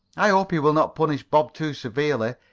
i hope he will not punish bob too severely.